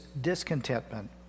discontentment